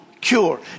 cure